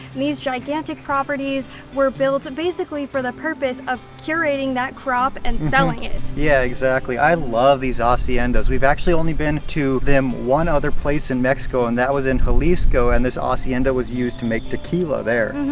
these gigantic properties were built basically for the purpose of curating that crop and selling it. yeah exactly. i love these ah haciendas! we've actually only been to them one other place in mexico and that was in jalisco and this ah hacienda was used to make tequila there.